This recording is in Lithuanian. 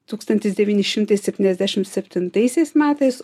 tūkstantis devyni šimtai septyniasdešimt septintaisiais metais